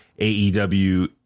AEW